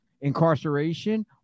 incarceration